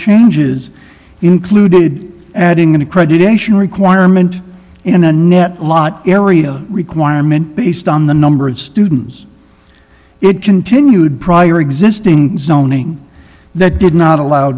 challenges included adding an accreditation requirement in a net a lot area requirement based on the number of students it continued prior existing zoning that did not allow